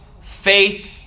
faith